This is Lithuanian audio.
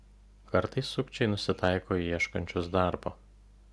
kartais sukčiai nusitaiko į ieškančius darbo